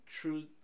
truth